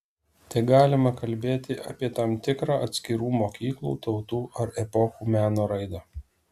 tegalima kalbėti apie tam tikrą atskirų mokyklų tautų ar epochų meno raidą